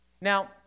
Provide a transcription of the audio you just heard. Now